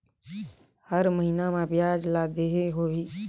हर महीना मा ब्याज ला देहे होही?